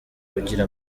ugira